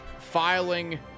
filing